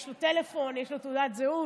יש לו טלפון, יש לו תעודת זהות.